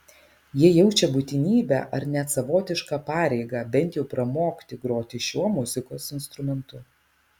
jie jaučia būtinybę ar net savotišką pareigą bent jau pramokti groti šiuo muzikos instrumentu